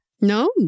no